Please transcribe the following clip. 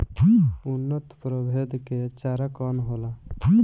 उन्नत प्रभेद के चारा कौन होला?